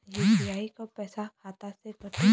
UPI क पैसा खाता से कटी?